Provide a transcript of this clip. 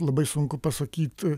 labai sunku pasakyt